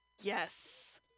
Yes